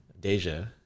Deja